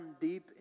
deep